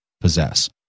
Possess